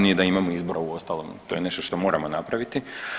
Nije da imamo izbora uostalom, to je nešto što moramo napraviti.